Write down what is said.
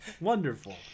Wonderful